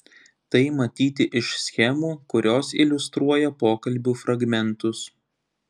tai matyti iš schemų kurios iliustruoja pokalbių fragmentus